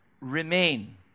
remain